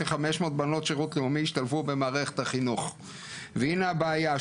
כ-500 בנות שירות לאומי השתלבו במערכת החינוך והינה הבעיה,